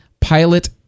pilot